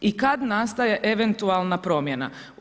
I kad nastaje eventualna promjena?